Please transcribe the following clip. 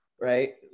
right